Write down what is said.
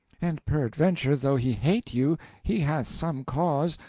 and peradventure though he hate you he hath some cause,